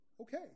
okay